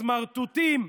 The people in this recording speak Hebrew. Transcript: סמרטוטים.